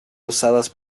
usadas